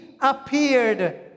appeared